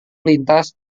lintas